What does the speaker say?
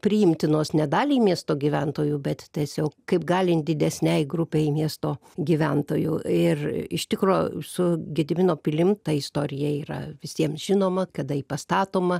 priimtinos ne daliai miesto gyventojų bet tiesiog kaip galint didesnei grupei miesto gyventojų ir iš tikro su gedimino pilim ta istorija yra visiems žinoma kada ji pastatoma